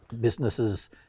businesses